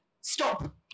stop